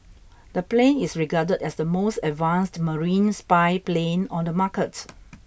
the plane is regarded as the most advanced marine spy plane on the market